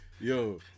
yo